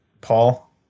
Paul